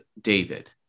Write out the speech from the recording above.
David